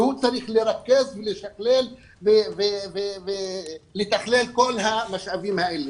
לרכז ולתכלל את כל המשאבים האלה.